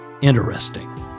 interesting